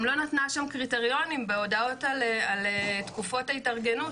הרשות גם לא נתנה קריטריונים בהודעות על תקופות ההתארגנות,